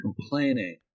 complaining